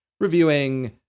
reviewing